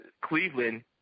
Cleveland